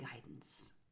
guidance